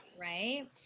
Right